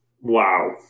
Wow